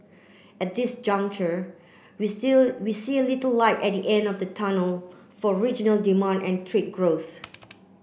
at this juncture we see a we see a little light at the end of the tunnel for regional demand and trade growth